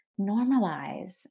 normalize